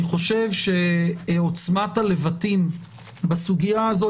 אני חושב שעוצמת הלבטים בסוגיה הזו,